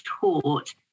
taught